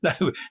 no